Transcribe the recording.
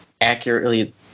accurately